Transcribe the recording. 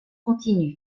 continu